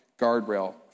guardrail